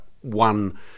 one